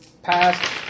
Pass